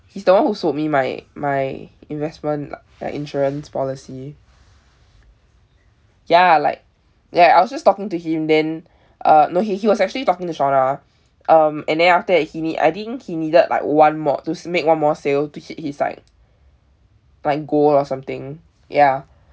he's the one who sold me my my investment l~ like insurance policy ya like ya I was just talking to him then uh no he he was actually talking to shauna um and then after that he need I think he needed like one more to make one more sale to hit his like like goal or something ya